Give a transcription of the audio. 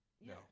No